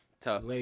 Tough